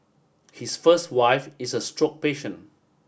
his first wife is a stroke patient